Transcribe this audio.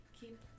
keep